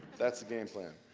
that's the game plan.